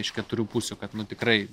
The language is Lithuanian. iš keturių pusių kad nu tikrai